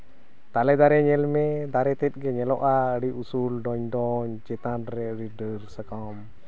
ᱛᱟᱞᱮ ᱫᱟᱨᱮ ᱧᱮᱞᱢᱮ ᱫᱟᱨᱮ ᱛᱮᱫᱜᱮ ᱧᱮᱞᱚᱜᱼᱟ ᱟᱹᱰᱤ ᱩᱥᱩᱞ ᱰᱚᱧᱰᱚᱧ ᱪᱮᱛᱟᱱ ᱨᱮ ᱟᱹᱰᱤ ᱰᱟᱹᱨ ᱥᱟᱠᱟᱢ